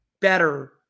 better